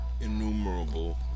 Innumerable